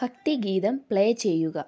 Bhakthigeetham play ചെയ്യുക